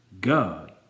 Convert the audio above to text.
God